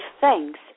thanks